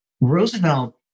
Roosevelt